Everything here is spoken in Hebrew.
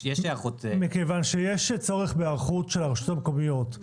מכיוון שיש צורך בהיערכות של הרשויות המקומיות.